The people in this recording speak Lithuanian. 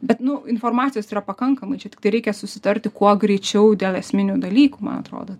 bet nu informacijos yra pakankamai čia tiktai reikia susitarti kuo greičiau dėl esminių dalykų man atrodo